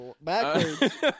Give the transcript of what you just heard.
backwards